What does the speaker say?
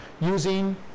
using